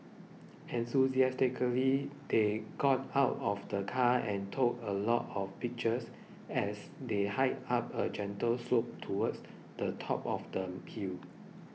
enthusiastically they got out of the car and took a lot of pictures as they hiked up a gentle slope towards the top of the hill